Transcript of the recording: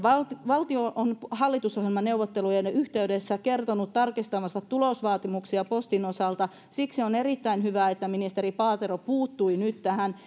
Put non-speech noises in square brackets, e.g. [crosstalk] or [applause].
valtio on hallitusohjelmaneuvottelujen yhteydessä kertonut tarkistavansa tulosvaatimuksia postin osalta siksi on erittäin hyvä että ministeri paatero puuttui nyt tähän [unintelligible]